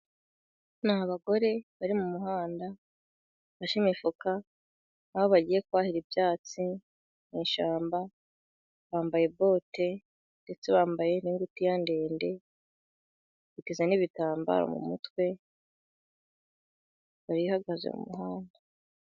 Ni abagore bari mu muhanda，bafashe imifuka， aho bagiye kwahira ibyatsi mu ishyamba， bambaye bote， ndetse bambaye n'ingutiya ndende，biteze n'ibitambaro mu mutwe，barahagaze mu muhanda.